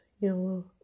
yellow